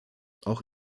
auch